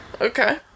Okay